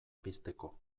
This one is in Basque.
pizteko